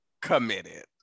committed